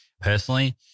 personally